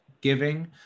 giving